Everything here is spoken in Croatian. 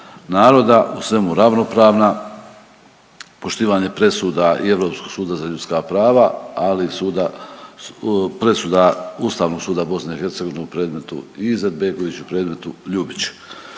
naroda, u svemu ravnopravna. Poštivanje presuda i Europskog suda za ljudska prava, ali i suda, presuda Ustavnog suda BiH u predmetu i Izetbegović i u predmetu Ljubić.